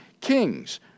Kings